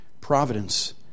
Providence